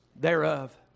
thereof